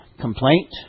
complaint